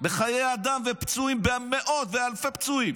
בחיי אדם, בפצועים, באלפי פצועים,